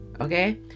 Okay